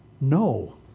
no